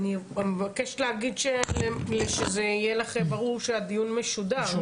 אני מבקשת להגיד שזה יהיה לכן ברור שהדיון משודר.